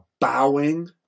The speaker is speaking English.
bowing